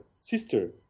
sister